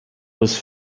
was